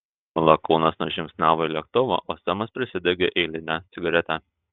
lakūnas nužingsniavo į lėktuvą o semas prisidegė eilinę cigaretę